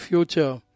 Future